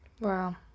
wow